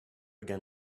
again